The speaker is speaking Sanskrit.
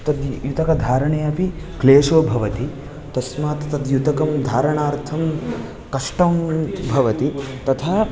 तद्युतकधारणे अपि क्लेशो भवति तस्मत् तद्युतकं धारणार्थं कष्टम् इति भवति तथा